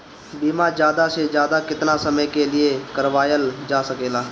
बीमा ज्यादा से ज्यादा केतना समय के लिए करवायल जा सकेला?